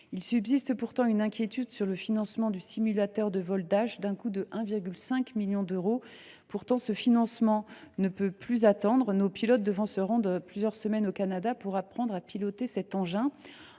Il subsiste pourtant une inquiétude quant au financement du simulateur de vol Dash, d’un coût de 1,5 million d’euros. Or le financement ne peut plus attendre, car nos pilotes doivent se rendre plusieurs semaines au Canada pour apprendre à piloter un tel engin.